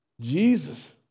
Jesus